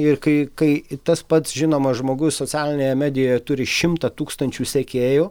ir kai kai tas pats žinomas žmogus socialinėje medijoje turi šimtą tūkstančių sekėjų